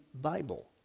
Bible